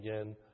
again